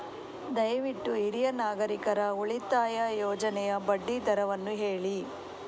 ದಯವಿಟ್ಟು ಹಿರಿಯ ನಾಗರಿಕರ ಉಳಿತಾಯ ಯೋಜನೆಯ ಬಡ್ಡಿ ದರವನ್ನು ಹೇಳಿ